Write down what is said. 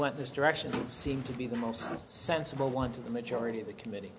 went this direction seemed to be the most sensible one to the majority of the committee